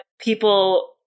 people